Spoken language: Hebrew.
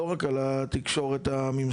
לא רק על התקשורת הממוסדת,